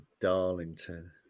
Darlington